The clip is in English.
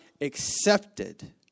accepted